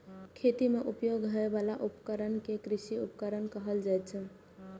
खेती मे उपयोग होइ बला उपकरण कें कृषि उपकरण कहल जाइ छै